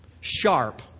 sharp